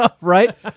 Right